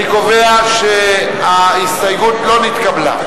55. אני קובע שההסתייגות לא נתקבלה,